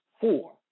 four